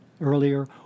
earlier